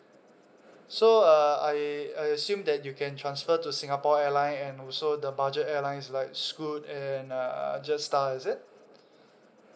so uh I I assume that you can transfer to singapore airline and also the budget airlines like Scoot and uh Jetstar is it